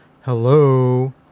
hello